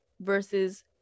versus